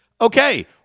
Okay